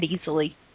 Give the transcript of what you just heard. easily